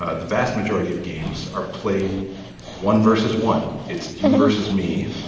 ah the vast majority of games are played one versus one. it's you versus me.